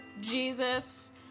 Jesus